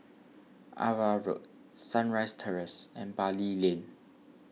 Ava Road Sunrise Terrace and Bali Lane